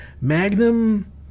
Magnum